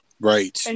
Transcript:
Right